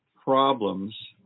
problems